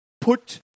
Put